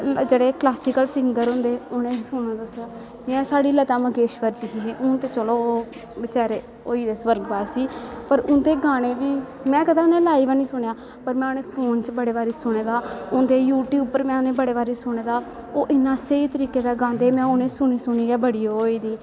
जेह्ड़े classical singer होंदे उनेंगी सुनो तुस जियां साढ़ी लता मंगेश्कर जी हे हून ते चलो होई दे स्वर्गवासी पर उंदे गाने बी में कदैं इयां लाईव नी सुनेआ पर में उनेंगी फोन च बड़े बारी सुने दा उंदे यूटयूब पर में उनेंगी बड़े बारी सुने दा ओह् इन्ना स्हेई तरीके दा गांदे हे में उनेंगी सुनी सुनियै बड़ी ओह् होई गंदी ही